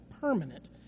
permanent